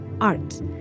art